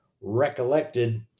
recollected